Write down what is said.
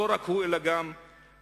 לא רק הוא, אלא גם אחרים.